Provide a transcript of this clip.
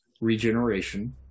Regeneration